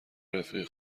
رفیق